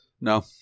no